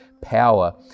power